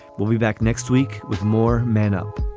we'll be back next week with more man up